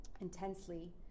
intensely